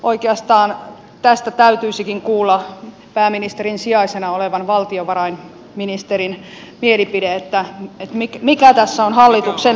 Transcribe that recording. oikeastaan tästä täytyisikin kuulla pääministerin sijaisena olevan valtiovarainministerin mielipide mikä tässä on hallituksen linja